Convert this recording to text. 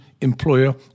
employer